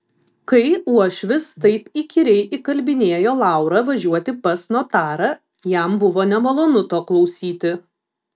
kai uošvis taip įkyriai įkalbinėjo laurą važiuoti pas notarą jam buvo nemalonu to klausyti